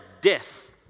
death